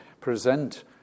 present